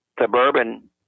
suburban